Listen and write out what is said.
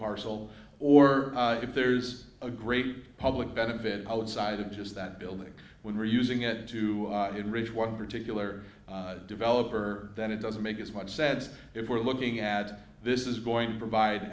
parcel or if there's a great public benefit outside of just that building when we're using it to enrich one particular developer then it doesn't make as much sense if we're looking at this is going to provide